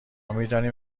میدانیم